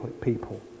people